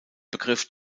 begriff